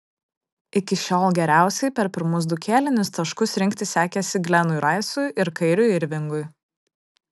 iki šiol geriausiai per pirmus du kėlinius taškus rinkti sekėsi glenui raisui ir kairiui irvingui